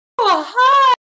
hi